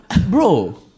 bro